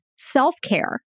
self-care